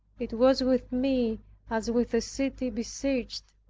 it was with me as with a city besieged,